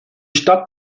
stadt